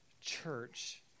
church